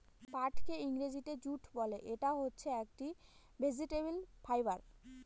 পাটকে ইংরেজিতে জুট বলে, ইটা হচ্ছে একটি ভেজিটেবল ফাইবার